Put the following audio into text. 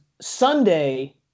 Sunday